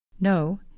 No